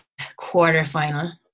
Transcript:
quarterfinal